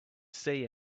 see